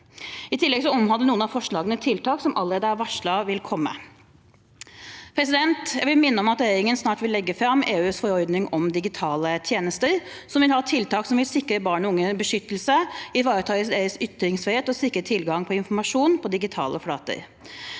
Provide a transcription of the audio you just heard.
I tillegg omhandler noen av forslagene tiltak som allerede er varslet at vil komme. Jeg vil minne om at regjeringen snart vil legge fram EUs forordning om digitale tjenester, som vil ha tiltak som vil sikre barn og unge beskyttelse, ivareta deres ytringsfrihet og sikre tilgang til informasjon på digitale flater.